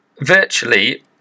virtually